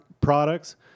products